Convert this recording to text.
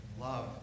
love